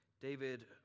David